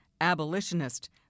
abolitionist